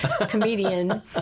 comedian